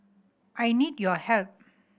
I need your help